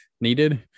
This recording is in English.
needed